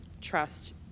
trust